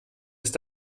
ist